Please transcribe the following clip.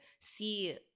see